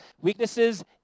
weaknesses